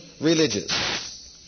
religious